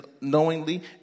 knowingly